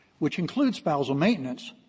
which include spousal maintenance,